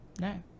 No